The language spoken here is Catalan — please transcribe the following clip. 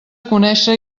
conéixer